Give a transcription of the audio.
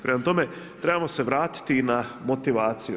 Prema tome, trebamo se vratiti i na motivaciju.